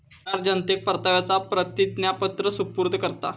सरकार जनतेक परताव्याचा प्रतिज्ञापत्र सुपूर्द करता